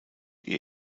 ihr